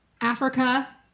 Africa